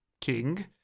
king